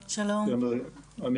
טוב, אני